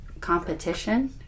competition